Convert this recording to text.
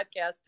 podcast